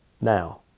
Now